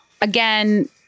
again